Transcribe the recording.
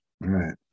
right